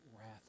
wrath